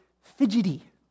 fidgety